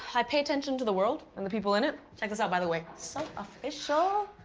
i pay attention to the world and the people in it. check this out, by the way. so official.